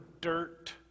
dirt